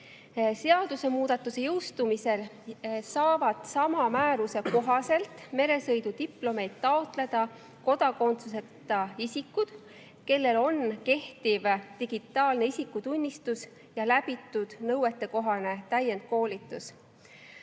Seadusemuudatuse jõustumisel saavad sama määruse kohaselt meresõidudiplomeid taotleda ka [Eesti] kodakondsuseta isikud, kellel on kehtiv digitaalne isikutunnistus ja läbitud nõuetekohane täienduskoolitus.